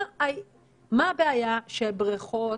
מה הבעיה שבריכות,